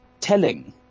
telling